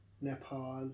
Nepal